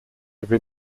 every